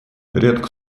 редко